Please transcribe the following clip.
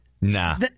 Nah